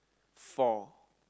four